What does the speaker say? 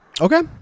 okay